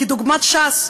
כדוגמת ש"ס,